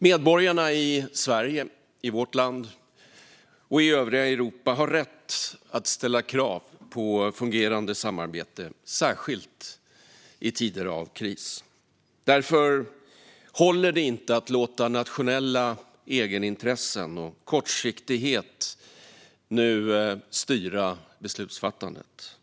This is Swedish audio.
Medborgarna i vårt land, i Sverige, och i övriga Europa har rätt att ställa krav på fungerande samarbete, särskilt i tider av kris. Därför håller det inte att nu låta nationella egenintressen och kortsiktighet styra beslutsfattandet.